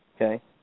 Okay